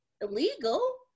illegal